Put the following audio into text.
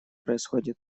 происходит